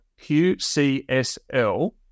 QCSL